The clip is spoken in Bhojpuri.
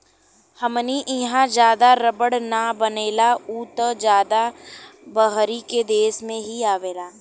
हमनी इहा ज्यादा रबड़ ना बनेला उ त ज्यादा बहरी के देश से ही आवेला